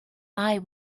eye